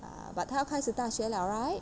ya but 他要开始大学 liao right